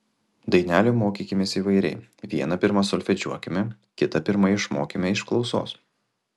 dainelių mokykimės įvairiai vieną pirma solfedžiuokime kitą pirma išmokime iš klausos